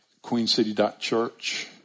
queencity.church